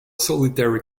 solitary